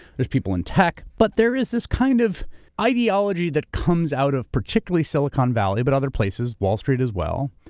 there's people in tech. but there is this kind of ideology that comes out of particularly silicon valley, but other places, wall street as well,